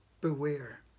Beware